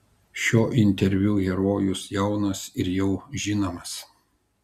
šio interviu herojus jaunas ir jau žinomas